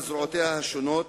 על זרועותיה השונות,